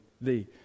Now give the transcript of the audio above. Thee